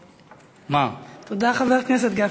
מה, תודה, חבר הכנסת גפני.